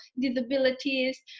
disabilities